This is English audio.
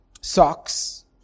socks